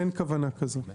אין כוונה כזאת.